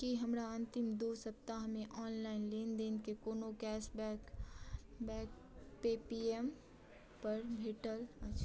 की हमरा अन्तिम दू सप्ताहमे ऑनलाइन लेनदेनके कोनो कैशबैक बैक पेटीएमपर भेटल अछि